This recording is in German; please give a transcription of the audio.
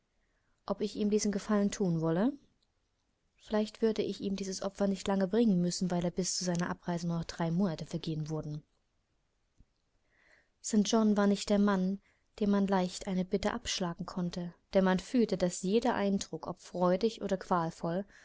ob ich ihm diesen gefallen thun wolle vielleicht würde ich ihm dieses opfer nicht lange bringen müssen weil bis zu seiner abreise nur noch drei monate vergehen würden st john war nicht der mann dem man leicht eine bitte abschlagen konnte denn man fühlte daß jeder eindruck ob freudig oder qualvoll